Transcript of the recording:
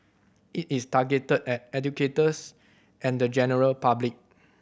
it is targeted at educators and the general public